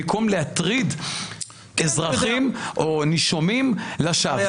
במקום להטריד אזרחים או נישומים לשווא.